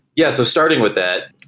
yeah, so starting with that,